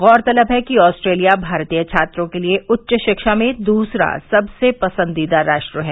गौरतलब है कि आस्ट्रेलिया भारतीय छात्रों के लिए उच्च शिक्षा में दूसरा सबसे पसंदीदा राष्ट्र है